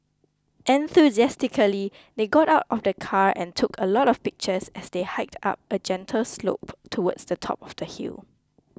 enthusiastically they got out of the car and took a lot of pictures as they hiked up a gentle slope towards the top of the hill